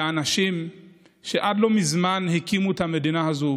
לאנשים שעד לא מזמן הקימו את המדינה הזאת,